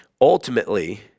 Ultimately